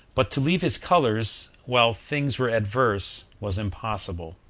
but to leave his colors, while things were adverse, was impossible.